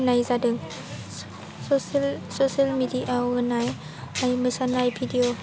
नायजादों social मेडियायाव होनाय मोसानाय भिडिअ